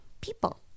people